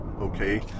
okay